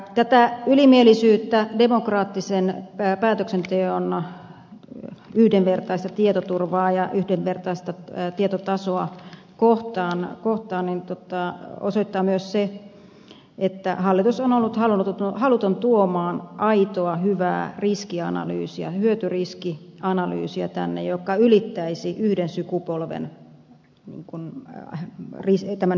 tätä ylimielisyyttä demokraattisen päätöksenteon yhdenvertaista tietoturvaa ja yhdenvertaista tietotasoa kohtaan osoittaa myös se että hallitus on ollut haluton tuomaan aitoa hyvää riskianalyysiä hyötyriski analyysiä tänne joka ylittäisi yhden sukupolven hyötyriski arvion